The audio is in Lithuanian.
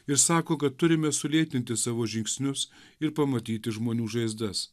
jis sako kad turime sulėtinti savo žingsnius ir pamatyti žmonių žaizdas